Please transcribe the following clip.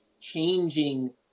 changing